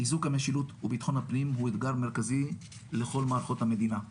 חיזוק המשילות וביטחון הפנים הוא אתגר מרכזי לכל מערכות המדינה.